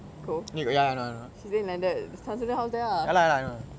nicole she's in landed saniswaran house there lah